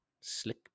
slick